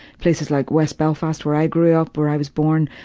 places like west belfast where i grew up, where i was born